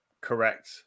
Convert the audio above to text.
correct